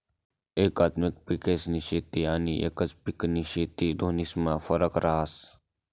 एकात्मिक पिकेस्नी शेती आनी एकच पिकनी शेती दोन्हीस्मा फरक रहास